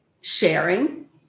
sharing